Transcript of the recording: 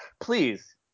please